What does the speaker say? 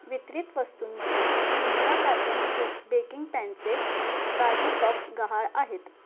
वितरित वस्तूंमधून फिमोरा कार्बन स्टील बेकिंग पॅनचे काही बॉक्स गहाळ आहेत